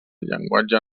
llenguatge